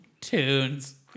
Tunes